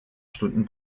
stunden